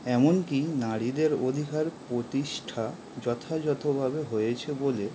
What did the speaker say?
এমনকি নারীদের অধিকার প্রতিষ্ঠা যথাযথভাবে হয়েছে বলে